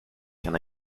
qu’un